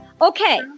okay